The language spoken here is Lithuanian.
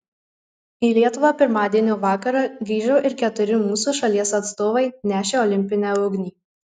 į lietuvą pirmadienio vakarą grįžo ir keturi mūsų šalies atstovai nešę olimpinę ugnį